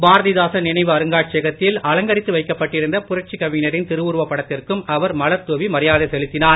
பாரதிதாசன் நினைவு அருங்காட்சியகத்தில் அலங்கரித்து வைக்கப்பட்டிருந்த புரட்சி கவிஞரின் திருவுருவப் படத்திற்கும் அவர் மலர்தூவி மரியாதை செலுத்தினார்